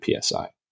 PSI